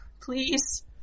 please